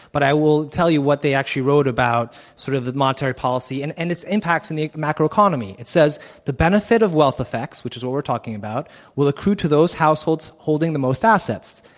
but i will tell you what they actually wrote about sort of the monetary policy and and its impact in the macro economy. it says the benefit of wealth effects which is what we're talking about will accrue to those households holding the most assets.